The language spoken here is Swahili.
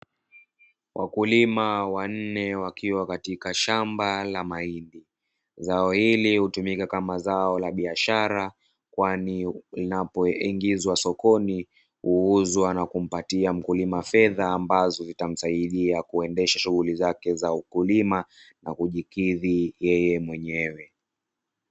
Wakulima wanne wakiwa katika shamba la mahindi, zao hili hutumika kama zao la biashara, kwani inapoingizwa sokoni huuzwa na kumpatia mkulima fedha, ambazo zitamsaidia kuendesha shughuli zake za ukulima, na kujikidhi yeye mwenyewe.